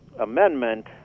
amendment